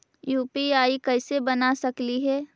UPI कैसे बना सकली हे?